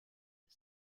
the